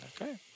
Okay